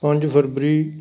ਪੰਜ ਫਰਵਰੀ